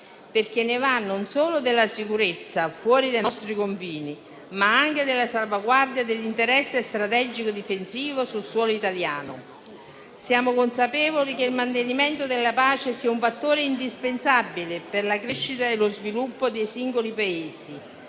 perché ne va non solo della sicurezza fuori dai nostri confini, ma anche della salvaguardia dell'interesse strategico difensivo sul suolo italiano. Siamo consapevoli che il mantenimento della pace sia un fattore indispensabile per la crescita e lo sviluppo dei singoli Paesi,